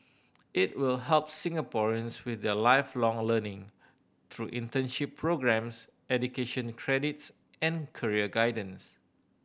it will help Singaporeans with their Lifelong Learning through internship programmes education credits and career guidance